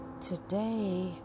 today